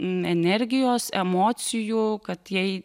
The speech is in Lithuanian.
energijos emocijų kad jai